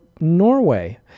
Norway